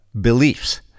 beliefs